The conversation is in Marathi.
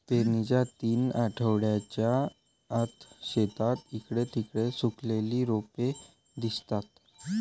पेरणीच्या तीन आठवड्यांच्या आत, शेतात इकडे तिकडे सुकलेली रोपे दिसतात